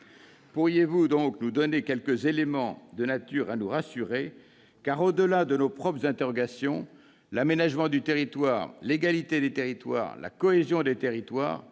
Pourriez-vous donc nous donner quelques éléments de nature à nous rassurer ? En effet, au-delà de nos propres interrogations, l'aménagement du territoire, l'égalité des territoires, la cohésion des territoires-